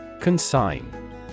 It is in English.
Consign